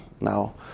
Now